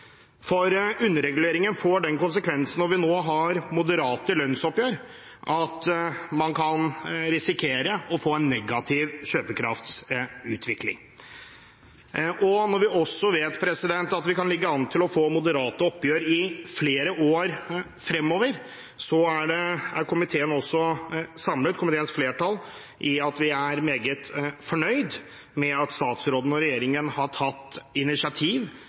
berømte underreguleringen på 0,75 pst. Når vi nå har moderate lønnsoppgjør, får underreguleringen den konsekvens at man kan risikere å få en negativ kjøpekraftsutvikling. Når vi også vet at vi kan ligge an til å få moderate oppgjør i flere år fremover, er komiteens flertall samlet om at vi er meget fornøyde med at statsråden og regjeringen har tatt initiativ,